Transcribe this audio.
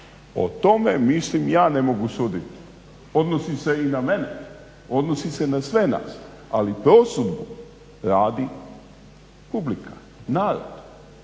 O tome mislim ja ne mogu suditi. Odnosi se i na mene, odnosi se na sve nas ali prosudbu radi publika, narod